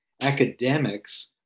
academics